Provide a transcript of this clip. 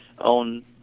on